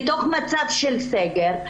בתוך מצב של סגר,